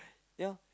ya